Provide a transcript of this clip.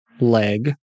leg